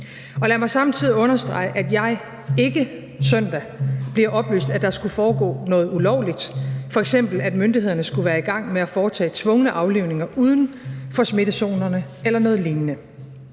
Lad mig samtidig understrege, at jeg ikke søndag bliver oplyst om, at der skulle foregå noget ulovligt, f.eks. at myndighederne skulle være i gang med at foretage tvungne aflivninger uden for smittezonerne, eller noget lignende.